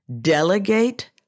delegate